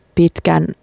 pitkän